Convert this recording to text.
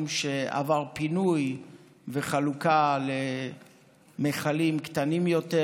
שעבר פינוי וחלוקה למכלים קטנים יותר,